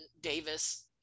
Davis